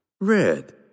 Red